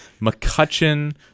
McCutcheon